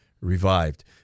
revived